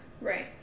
Right